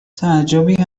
تعجبی